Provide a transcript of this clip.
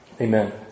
Amen